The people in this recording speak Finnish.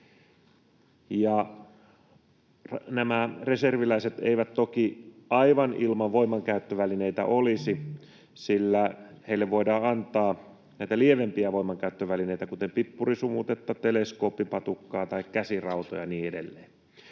Nämä reserviläiset eivät toki aivan ilman voimankäyttövälineitä olisi, sillä heille voidaan antaa näitä lievempiä voimankäyttövälineitä, kuten pippurisumutetta, teleskooppipatukkaa tai käsirautoja ja niin edelleen.